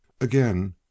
Again